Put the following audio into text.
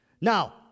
Now